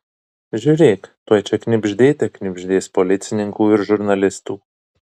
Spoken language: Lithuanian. žiūrėk tuoj čia knibždėte knibždės policininkų ir žurnalistų